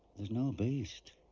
there's no beast.